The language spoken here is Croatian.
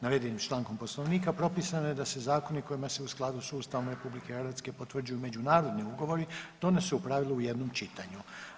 Navedenim člankom Poslovnika propisano je da se zakoni o kojima se u skladu s Ustavom RH potvrđuju međunarodni ugovori donose u pravilu u jednom čitanju.